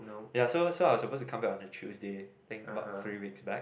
ya so so I was suppose to come back on the Tuesday think about three weeks back